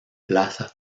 plaza